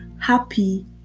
happy